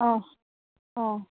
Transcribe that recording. অঁ অঁ